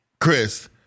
Chris